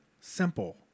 simple